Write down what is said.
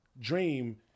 dream